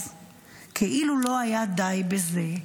אז כאילו לא היה די בזה,